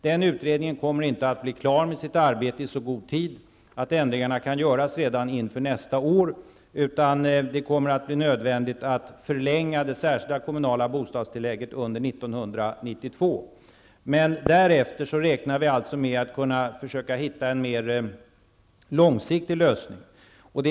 Den utredningen kommer inte att bli klar med sitt arbete i så god tid att ändringarna kan göras redan inför nästa år, utan det kommer att bli nödvändigt att också under 1992 behålla det särskilda kommunala bostadstillägget. Därefter räknar vi emellertid med att det skall vara möjligt att hitta en mer långsiktig lösning.